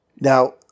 Now